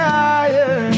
higher